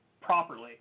properly